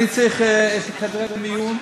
אני צריך לחדרי מיון,